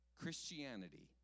Christianity